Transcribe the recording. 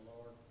Lord